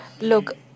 Look